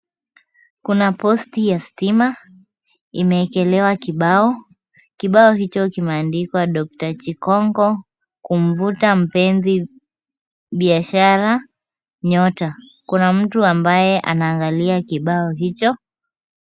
Kuna posti ya stima imewekelewa kibao .Kibao hicho kimwandikwa DR CHIKONKO kumvuta mpenzi biashara nyota kuna mtu ambaye anaangalia kibao hicho.